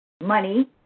money